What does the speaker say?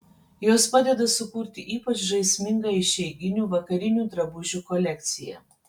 jos padeda sukurti ypač žaismingą išeiginių vakarinių drabužių kolekciją